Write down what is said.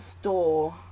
store